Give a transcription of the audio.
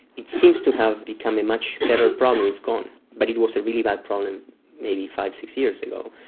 it seems to have become a much better problem, it's gone, but it was a really bad problem maybe five, six years ago.